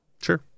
sure